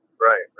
Right